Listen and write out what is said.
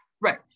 Right